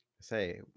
Say